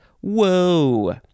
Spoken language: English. Whoa